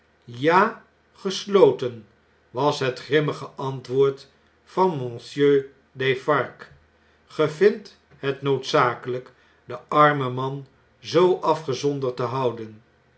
ja gesloten was het grimmige antwoord van monsieur defarge ge vindt het noodzakeljjk den armen man zoo afgezonderd te houden